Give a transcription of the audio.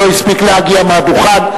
הוא לא הספיק להגיע מהדוכן.